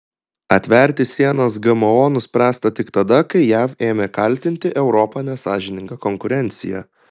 atverti sienas gmo nuspręsta tik tada kai jav ėmė kaltinti europą nesąžininga konkurencija